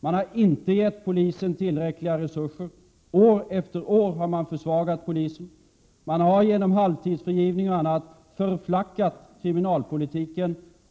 Man har inte gett polisen tillräckliga resurser. År efter år har man försvagat polisen. Man har genom halvtidsfrigivning och annat förflackat kriminalpolitiken.